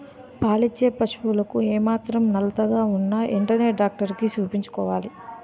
పాలిచ్చే పశువులకు ఏమాత్రం నలతగా ఉన్నా ఎంటనే డాక్టరికి చూపించుకోవాలి